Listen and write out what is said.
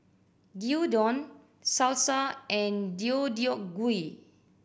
Gyudon Salsa and Deodeok Gui